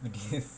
but this